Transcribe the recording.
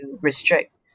restrict